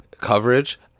coverage